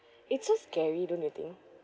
it's so scary don't you think